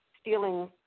stealing